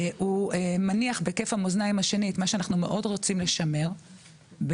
הוא מניח בכיף המאזניים השני את מה שאנחנו מאוד רוצים לשמר בעיניי,